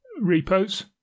repos